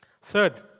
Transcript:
Third